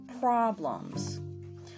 problems